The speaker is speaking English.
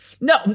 No